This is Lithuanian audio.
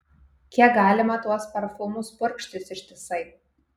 kiek galima tuos parfumus purkštis ištisai